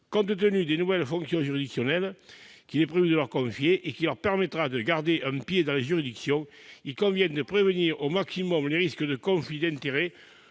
Compte tenu des nouvelles fonctions juridictionnelles qu'il est prévu de leur confier et qui leur permettront de « garder un pied » dans les juridictions, il convient de prévenir au maximum les risques de conflits d'intérêts